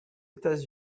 états